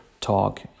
talk